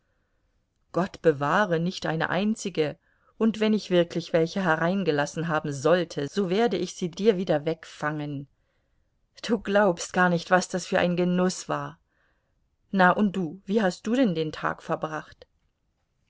gott bewahre nicht eine einzige und wenn ich wirklich welche hereingelassen haben sollte so werde ich sie dir wieder wegfangen du glaubst gar nicht was das für ein genuß war na und du wie hast du denn den tag verbracht